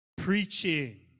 Preaching